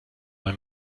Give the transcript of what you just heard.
wenn